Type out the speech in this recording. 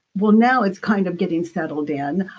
well now it's kind of getting settled in.